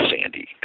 Sandy